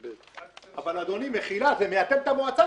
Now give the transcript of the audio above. אבל אדוני, מחילה, זה מייצג את המועצה.